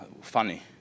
funny